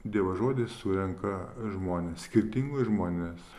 dievo žodis surenka žmones skirtingus žmones